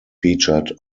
featured